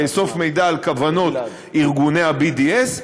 לאסוף מידע על כוונות ארגוני ה-BDS,